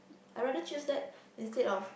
I rather choose that instead of